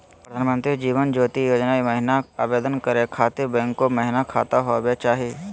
प्रधानमंत्री जीवन ज्योति योजना महिना आवेदन करै खातिर बैंको महिना खाता होवे चाही?